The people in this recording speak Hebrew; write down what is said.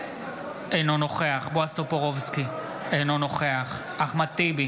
אינו נוכח בועז טופורובסקי, אינו נוכח אחמד טיבי,